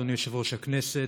אדוני יושב-ראש הכנסת,